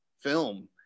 film